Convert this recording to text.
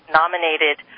nominated